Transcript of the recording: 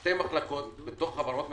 שתי מחלקות בתוך חברות ממשלתיות,